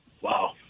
Wow